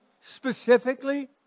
Specifically